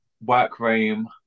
workroom